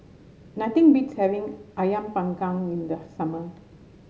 nothing beats having ayam panggang in the summer